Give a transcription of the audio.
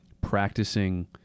practicing